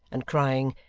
and crying,